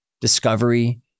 discovery